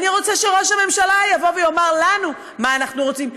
אני רוצה שראש הממשלה יבוא ויאמר לנו מה אנחנו רוצים,